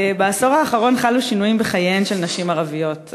בעשור האחרון חלו שינויים בחייהן של נשים ערביות.